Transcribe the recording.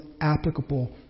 applicable